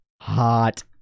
Hot